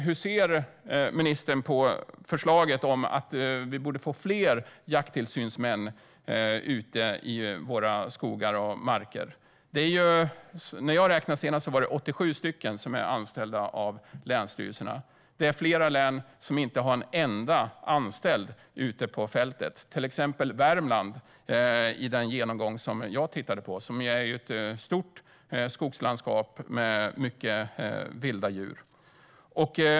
Hur ser ministern på förslaget om att man borde få fler jakttillsyningsmän i våra skogar och marker. När jag räknade senaste fanns det 87 anställda av länsstyrelserna. Det är flera län som inte har en enda anställd jakttillsynsman ute på fältet. Det gäller till exempel Värmland som ju är ett stort skogslandskap med mycket vilda djur.